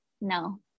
No